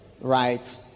right